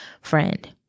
friend